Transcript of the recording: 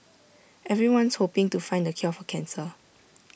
everyone's hoping to find the cure for cancer